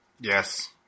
Yes